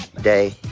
day